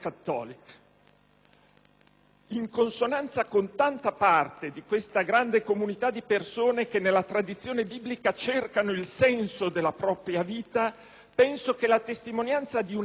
In consonanza con tanta parte di questa grande comunità di persone che nella tradizione biblica cercano il senso della propria vita, penso che la testimonianza di una chiesa cristiana